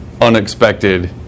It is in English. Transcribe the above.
unexpected